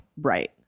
Right